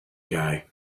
guy